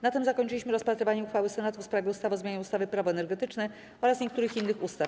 Na tym zakończyliśmy rozpatrywanie uchwały Senatu w sprawie ustawy o zmianie ustawy - Prawo energetyczne oraz niektórych innych ustaw.